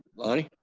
lonnie?